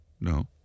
no